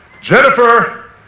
Jennifer